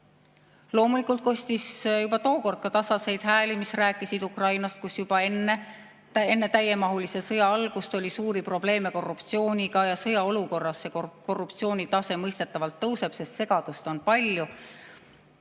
Loomulikult kostis juba tookord ka tasaseid hääli, mis rääkisid Ukrainast, kus juba enne täiemahulise sõja algust oli suuri probleeme korruptsiooniga ja sõjaolukorras see korruptsioonitase mõistetavalt tõuseb, sest segadust on palju.